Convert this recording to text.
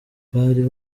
bari